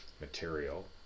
material